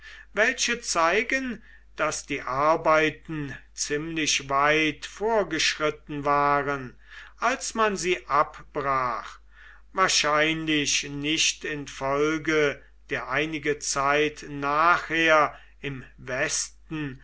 welche zeigen daß die arbeiten ziemlich weit vorgeschritten waren als man sie abbrach wahrscheinlich nicht infolge der einige zeit nachher im westen